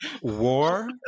war